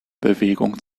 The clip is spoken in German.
bewegung